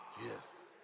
Yes